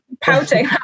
pouting